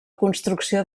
construcció